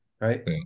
right